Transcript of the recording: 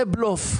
זה בלוף.